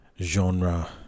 Genre